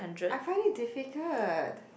I find it difficult